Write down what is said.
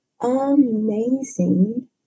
amazing